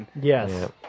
Yes